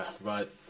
right